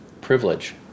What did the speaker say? privilege